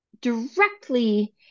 directly